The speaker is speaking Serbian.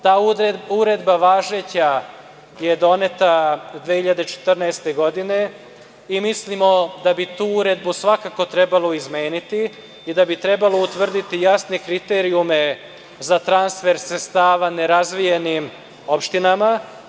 Ta Uredba važeća je doneta 2014. godine i mislimo da bi tu uredbu svakako trebalo izmeniti i da bi trebalo utvrditi jasne kriterijume za transfer sredstava nerazvijenim opštinama.